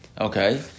okay